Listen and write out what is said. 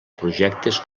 projectes